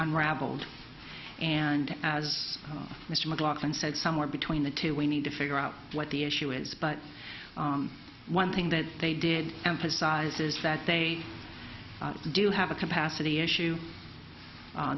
unraveled and as mr mclaughlin said somewhere between the two we need to figure out what the issue is but one thing that they did emphasize is that they do have a capacity issue